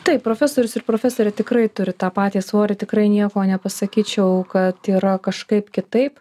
taip profesorius ir profesorė tikrai turi tą patį svorį tikrai nieko nepasakyčiau kad yra kažkaip kitaip